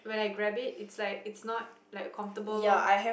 when I grabbed it it's like it's not like comfortable